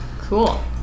Cool